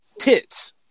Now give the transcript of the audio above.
tits